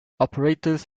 operators